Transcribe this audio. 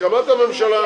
בהסכמת הממשלה.